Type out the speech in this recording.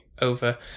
over